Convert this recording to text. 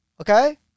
okay